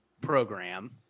program